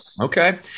Okay